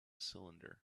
cylinder